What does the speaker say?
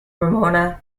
ramona